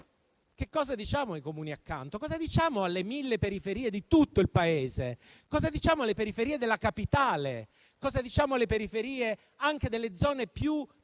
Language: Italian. cosa diciamo ai Comuni accanto? Cosa diciamo alle mille periferie di tutto il Paese? Cosa diciamo alle periferie della capitale? Cosa diciamo alle periferie anche delle zone più prospere